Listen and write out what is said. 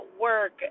work